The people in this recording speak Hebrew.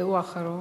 הוא אחרון,